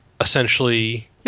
essentially